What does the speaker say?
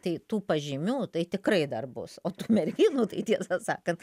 tai tų pažymių tai tikrai dar bus o tų merginų tai tiesą sakant